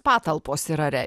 patalpos yra